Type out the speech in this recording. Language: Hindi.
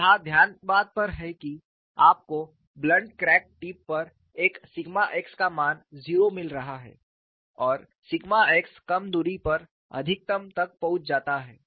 तो यहाँ ध्यान इस बात पर है कि आपको ब्लंट क्रैक टिप पर एक सिग्मा x का मान 0 मिल रहा है और सिग्मा x कम दूरी पर अधिकतम तक पहुँच जाता है